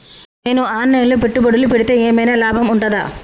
నేను online లో పెట్టుబడులు పెడితే ఏమైనా లాభం ఉంటదా?